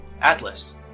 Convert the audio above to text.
Atlas